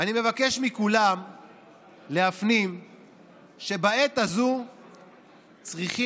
אני מבקש מכולם להפנים שבעת הזאת צריכים